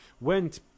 went